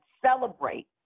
celebrate